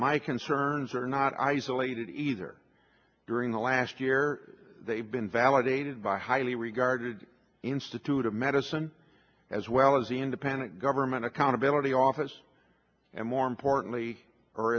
my concerns are not isolated either during the last year they've been validated by highly regarded institute of medicine as well as the independent government accountability office and more importantly or